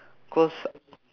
cause